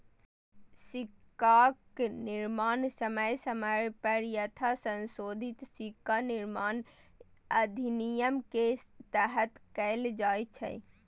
सिक्काक निर्माण समय समय पर यथासंशोधित सिक्का निर्माण अधिनियम के तहत कैल जाइ छै